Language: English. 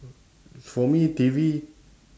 for me T_V